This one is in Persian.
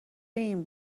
این